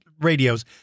radios